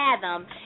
fathom